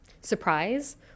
surprise